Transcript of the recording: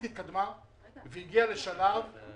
לצורך מתן תוקף לתוכנית צריך לקבל אישור